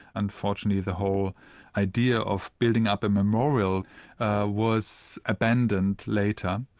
unfortunately the whole idea of building up a memorial was abandoned later,